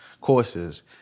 courses